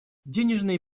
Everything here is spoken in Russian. денежные